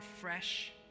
fresh